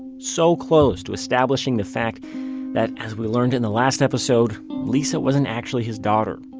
so close to establishing the fact that, as we learned in the last episode, lisa wasn't actually his daughter.